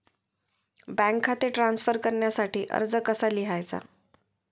Bank खाते transfer करण्यासाठी अर्ज कसा लिहायचा?